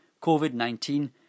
Covid-19